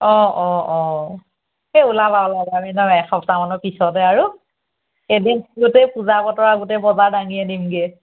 অ অ অ এই ওলাবা ওলাবা আমি একদম এসপ্তাহমানৰ পিছতে আৰু এদিন গোটেই পূজা বতৰ আৰু গোটেই বজাৰ দাঙি আনিমগৈ